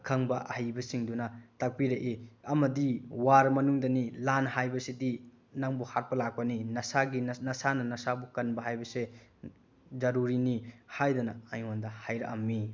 ꯑꯈꯪꯕ ꯑꯍꯩꯕꯁꯤꯡꯗꯨꯅ ꯇꯥꯛꯄꯤꯔꯛꯏ ꯑꯃꯗꯤ ꯋꯥꯔ ꯃꯅꯨꯡꯗꯅꯤ ꯂꯥꯟ ꯍꯥꯏꯕꯁꯤꯗꯤ ꯅꯪꯕꯨ ꯍꯥꯠꯄ ꯂꯥꯛꯄꯅꯤ ꯅꯁꯥꯒꯤ ꯅꯁꯥꯅ ꯅꯁꯥꯕꯨ ꯀꯟꯕ ꯍꯥꯏꯕꯁꯦ ꯖꯔꯨꯔꯤꯅꯤ ꯍꯥꯏꯗꯅ ꯑꯩꯉꯣꯟꯗ ꯍꯥꯏꯔꯛꯑꯝꯃꯤ